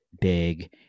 big